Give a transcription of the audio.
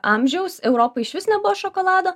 amžiaus europoj išvis nebuvo šokolado